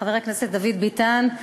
חבר הכנסת דוד ביטן,